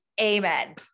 Amen